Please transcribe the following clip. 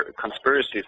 conspiracy